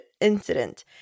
incident